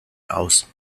aus